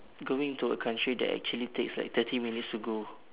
going to a country that actually takes like thirty minutes to go